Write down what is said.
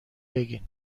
بگین